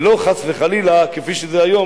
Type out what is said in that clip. ולא חס וחלילה כפי שזה היום,